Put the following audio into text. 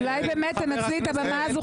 אולי באמת תנצלי את הבמה הזאת,